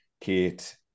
kate